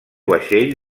vaixell